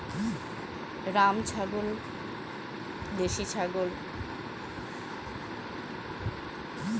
এই ছাগল গুলোকে নানান কারণে মানুষ পোষ্য রাখে